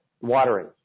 watering